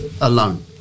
alone